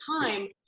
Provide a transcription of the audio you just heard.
time